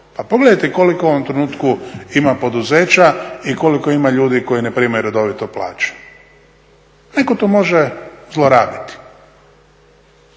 pogledajte koliko u ovom trenutku ima poduzeća i koliko ima ljudi koji ne primaju redovito plaću? Netko to može zlorabiti.